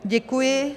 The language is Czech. Děkuji.